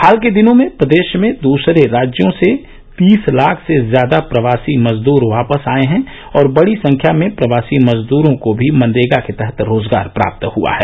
हाल के दिनों में प्रदेश में दूसरे राज्यों से तीस लाख से ज्यादा प्रवासी मजदूर वापस आए हैं और बडी संख्या में प्रवासी मजदरों को भी मनरेगा के तहत रोजगार प्राप्त हआ है